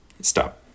stop